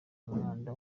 umwanda